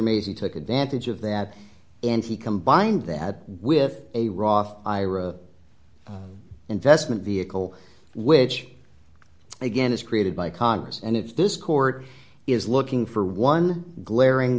mazie took advantage of that and he combined that with a roth ira investment vehicle which again is created by congress and it's this court is looking for one glaring